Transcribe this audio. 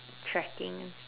tracking